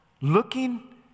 looking